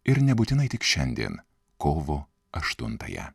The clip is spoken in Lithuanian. ir nebūtinai tik šiandien kovo aštuntąją